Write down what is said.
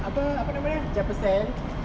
apa apa nama dia